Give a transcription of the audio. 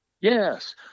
Yes